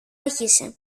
άρχισε